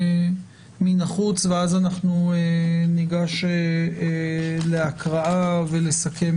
ואז ניגש להקראה ולסיכום